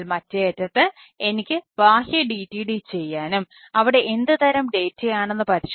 അതിനാൽ മറ്റേ അറ്റത്ത് എനിക്ക് ബാഹ്യ DTD ചെയ്യാനും അവിടെ എന്ത് തരം ഡാറ്റയാണെന്ന്